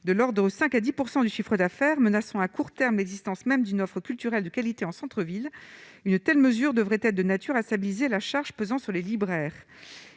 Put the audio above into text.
de lors de 5 à 10 % du chiffre d'affaires menaçant à court terme, l'existence même d'une offre culturelle de qualité en centre-ville, une telle mesure devrait être de nature à stabiliser la charge pesant sur les libraires,